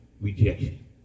rejection